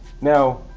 Now